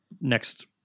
next